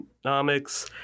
Economics